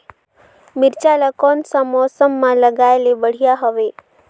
मिरचा ला कोन सा मौसम मां लगाय ले बढ़िया हवे